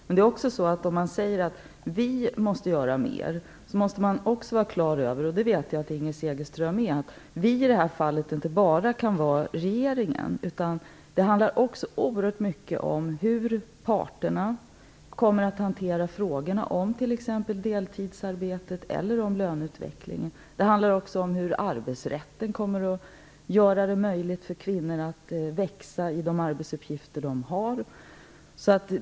Men om man säger att "vi" måste göra mer, måste man också vara på det klara med - och det vet jag att Inger Segelström är - att "vi" i det här fallet inte bara kan vara regeringen, utan att det också handlar oerhört mycket om hur parterna kommer att hantera frågorna om t.ex. deltidsarbetet eller om löneutvecklingen och om i vilken mån arbetsrätten kommer att göra det möjligt för kvinnor att växa i de arbetsuppgifter de har.